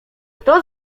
kto